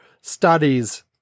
studies